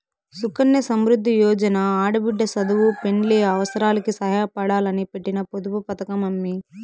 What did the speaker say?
సుకన్య సమృద్ది యోజన ఆడబిడ్డ సదువు, పెండ్లి అవసారాలకి సాయపడాలని పెట్టిన పొదుపు పతకమమ్మీ